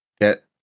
get